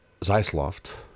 Zeisloft